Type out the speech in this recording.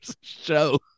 show